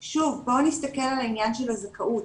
שוב, בוא נסתכל על העניין של הזכאות.